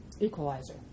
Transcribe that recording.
equalizer